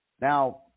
Now